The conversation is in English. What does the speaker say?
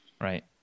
Right